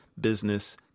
business